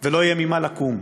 ולא יהיה ממה לקום.